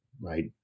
right